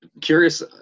curious